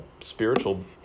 spiritual